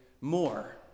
more